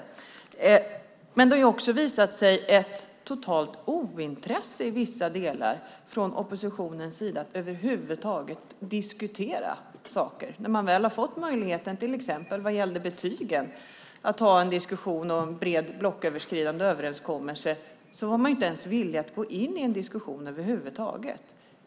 Oppositionen har visat ett totalt ointresse att diskutera vissa saker. När man väl har fått möjligheten, till exempel vad gäller betygen, att föra en diskussion och komma fram till en bred blocköverskridande överenskommelse var man inte ens villig att gå in i en diskussion över huvud taget.